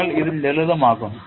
നിങ്ങൾ ഇത് ലളിതമാക്കുന്നു